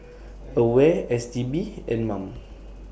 AWARE S T B and Mom